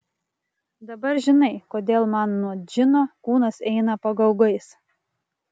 dabar žinai kodėl man nuo džino kūnas eina pagaugais